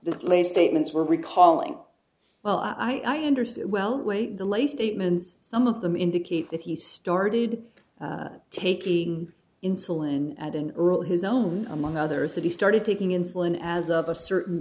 the place statements were recalling well i understood well wait the lay statements some of them indicate that he started taking insulin and an earl his own among others that he started taking insulin as of a certain